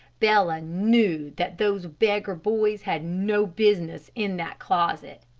bella knew that those beggar boys had no business in that closet.